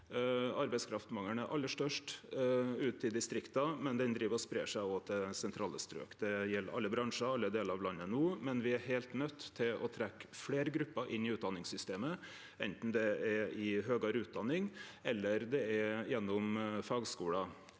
Arbeidskraftmangelen er aller størst ute i distrikta, men han spreier seg òg til sentrale strøk. Det gjeld alle bransjar og alle delar av landet no, men me er heilt nøydde til å trekkje fleire grupper inn i utdanningssystemet, anten det er i høgare utdanning, gjennom fagskular